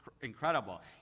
incredible